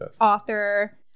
author